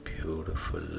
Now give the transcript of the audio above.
Beautiful